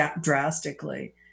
drastically